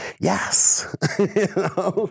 yes